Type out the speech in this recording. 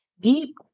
deep